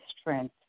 strength